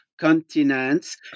continents